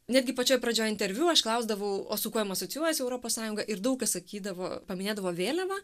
netgi pačioj pradžioj interviu aš klausdavau o su kuo jum asocijuojasi europos sąjunga ir daug kas sakydavo paminėdavo vėliavą